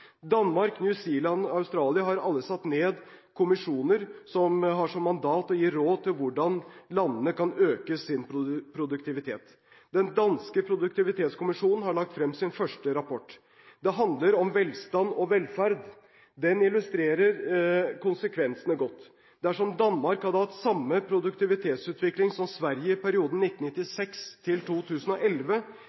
Danmark, New Zealand og Australia har alle satt ned kommisjoner som har som mandat å gi råd til hvordan landene kan øke sin produktivitet. Den danske produktivitetskommisjonen har lagt frem sin første rapport, «Det handler om velstand og velfærd». Den illustrerer konsekvensene godt. Dersom Danmark hadde hatt den samme produktivitetsutvikling som Sverige i perioden 1996–2011, ville det offentlige hatt råd til